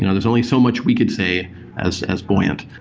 and there's only so much we could say as as buoyant.